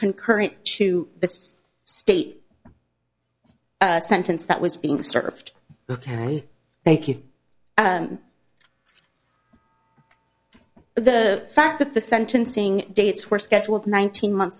concurrent to the state sentence that was being served ok thank you the fact that the sentencing dates were scheduled nineteen months